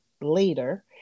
later